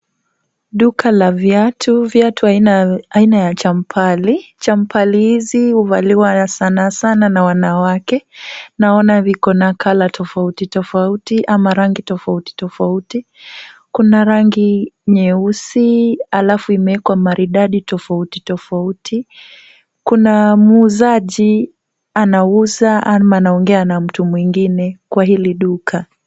Duka la viatu, viatu aina ya champali, champali hizi huvaliwa sana sana na wanawake, naona ziko na colour tofauti tofauti ama rangi tofauti tofauti. Kuna rangi nyeusi halafu imewekwa maridadi tofauti tofauti. Kuna muuzaji anauza ama anaongea na mtu mwingine kwa hili duka.